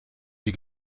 die